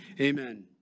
Amen